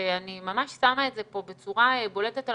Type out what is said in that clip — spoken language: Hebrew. ואני ממש שמה את זה פה בצורה בולטת על